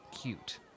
cute